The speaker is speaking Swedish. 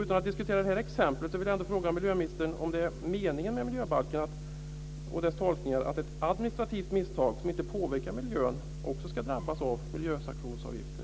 Utan att diskutera just det här exemplet vill jag fråga miljöministern om det är meningen med tolkningen av miljöbalken att ett administrativt misstag, som inte påverkar miljön, också ska drabbas av miljösanktionsavgifter.